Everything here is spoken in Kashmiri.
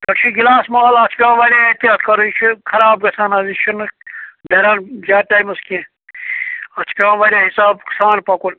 پٮ۪ٹھٕ چھُ گِلاس مال اَتھ چھُ پٮ۪وان واریاہ احتیات کَرُن یہِ چھُ خراب گژھان حظ یہِ چھُنہٕ نیران زیادٕ ٹایمَس کینٛہہ اَتھ چھُ پیوان واریاہ حِساب سان پَکُن